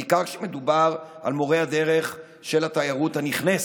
בעיקר כשמדובר על מורי הדרך של התיירות הנכנסת.